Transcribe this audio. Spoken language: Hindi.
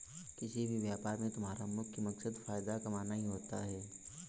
किसी भी व्यापार में तुम्हारा मुख्य मकसद फायदा कमाना ही होता है